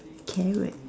carrot